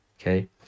okay